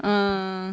uh